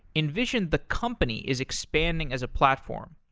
invision, the company is expanding as a platform.